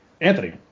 anthony